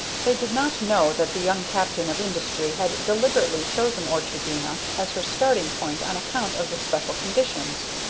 they did not know that the young captain of industry had deliberately chosen orchardina as her starting point on account of the special conditions.